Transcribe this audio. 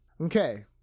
Okay